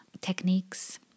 techniques